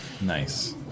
nice